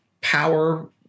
power